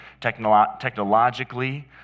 technologically